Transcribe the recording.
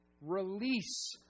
Release